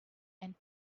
and